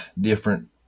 different